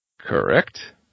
Correct